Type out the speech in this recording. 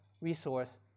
resource